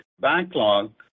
backlog